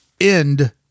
end